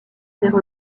avaient